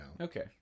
Okay